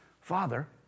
Father